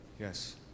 Yes